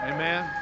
Amen